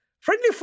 Friendly